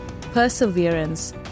perseverance